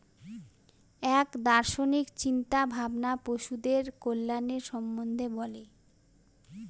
এক দার্শনিক চিন্তা ভাবনা পশুদের কল্যাণের সম্বন্ধে বলে